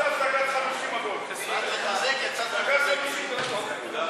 נחמיאס ורבין לסעיף 5 לא נתקבלה.